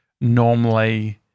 normally